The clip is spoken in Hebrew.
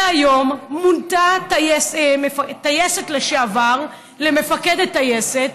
והיום מונתה טייסת לשעבר למפקדת טייסת.